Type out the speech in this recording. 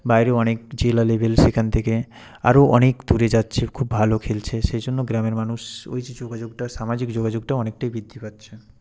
বাইরেও অনেক জেলা লেভেল সেখান থেকে আরও অনেক দূরে যাচ্ছে খুব ভালো খেলছে সেই জন্য গ্রামের মানুষ ওই যে যোগাযোগটা সামাজিক যোগাযোগটা অনেকটাই বৃদ্ধি পাচ্ছে